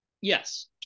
Yes